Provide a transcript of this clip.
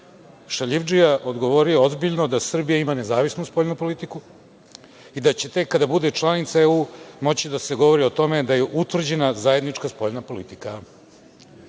šaljivdžija, odgovorio ozbiljno da Srbija ima nezavisnu spoljnu politiku i da će tek kada bude članica EU moći da se govori o tome da je utvrđena zajednička spoljna politika. Mislim